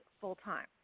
full-time